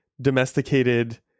domesticated